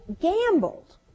gambled